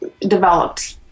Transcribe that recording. developed